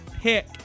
pick